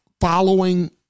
following